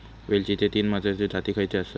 वेलचीचे तीन महत्वाचे जाती खयचे आसत?